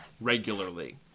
regularly